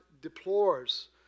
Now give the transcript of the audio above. deplores